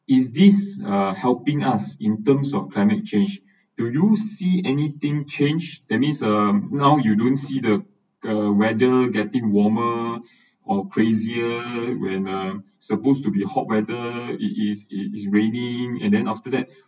is this uh helping us in terms of climate change do you see anything change that means uh now you don't see the the weather getting warmer or crazier when um supposed to be hot weather it is it is raining and then after that